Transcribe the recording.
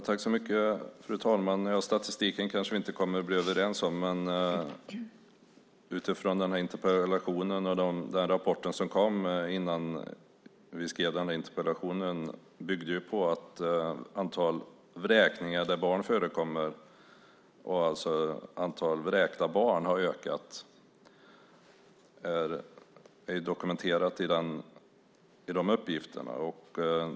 Fru talman! Vi kanske inte kommer att bli överens om statistiken. Den rapport som kom innan vi skrev den här interpellationen bygger på att antalet vräkningar där barn förekommer har ökat. Det är dokumenterat i de uppgifterna.